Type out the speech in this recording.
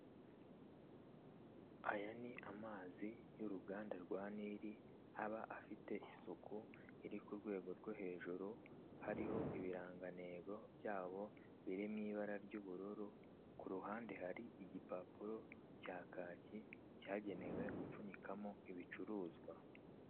Aya ni amazi y'uruganda rwa nile aba afite isuku iri ku rwego rwo hejuru, hariho ibirangantego byabo biri mu ibara ry'ubururu, ku ruhande hari igipapuro cya kaki cyangenewe gupfunyikamo ibicuruzwa.